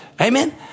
Amen